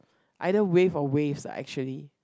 either wave or waves actually